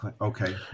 Okay